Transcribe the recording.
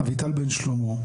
אביטל בן שלמה,